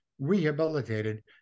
rehabilitated